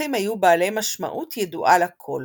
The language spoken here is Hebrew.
הפרחים היו בעלי משמעות ידועה לכל.